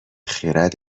خرد